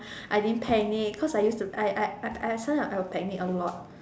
I didn't panic cause I used to I I I sometimes will panic a lot